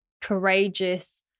courageous